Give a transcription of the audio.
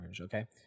Okay